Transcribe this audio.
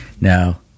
Now